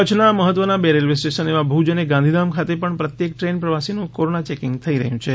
કચ્છના મહત્વના બે રેલ્વે સ્ટેશન એવા ભુજ અને ગાંધીધામ ખાતે પણ પ્રત્યેક ટ્રેન પ્રવાસીનું કોરોના ચેકિંગ શરૂ થઈ ગયુ છે